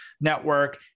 network